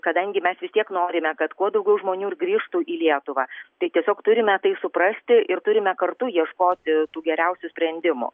kadangi mes vis tiek norime kad kuo daugiau žmonių ir grįžtų į lietuvą tai tiesiog turime tai suprasti ir turime kartu ieškoti geriausių sprendimų